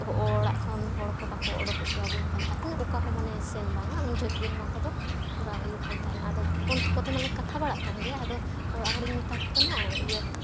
ᱚᱲᱟᱜ ᱠᱷᱚᱱ ᱦᱚᱲ ᱠᱚ ᱵᱟᱠᱚ ᱳᱰᱳᱠ ᱦᱚᱪᱚᱣᱟᱵᱚᱱ ᱠᱟᱱ ᱛᱟᱦᱮᱱᱟ ᱚᱠᱟ ᱦᱚᱸ ᱢᱟᱱᱮ ᱥᱮᱱ ᱵᱟᱝᱟ ᱩᱱ ᱡᱚᱠᱷᱚᱱ ᱜᱮ ᱱᱚᱣᱟ ᱠᱚᱫᱚ ᱠᱚᱨᱟᱣ ᱦᱩᱭᱩᱜ ᱠᱟᱱ ᱛᱟᱦᱮᱱ ᱟᱫᱚ ᱯᱷᱳᱱ ᱠᱚᱛᱮᱢᱟ ᱞᱮ ᱠᱟᱛᱷᱟ ᱵᱟᱲᱟᱜ ᱠᱟᱱ ᱜᱮᱭᱟ ᱟᱫᱚ ᱚᱲᱟᱜ ᱦᱚᱲᱤᱧ ᱢᱮᱛᱟ ᱠᱚ ᱠᱟᱱᱟ ᱤᱭᱟᱹ